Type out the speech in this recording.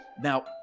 Now